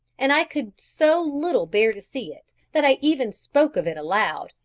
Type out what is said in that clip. and i could so little bear to see it, that i even spoke of it aloud,